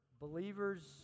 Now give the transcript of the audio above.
believers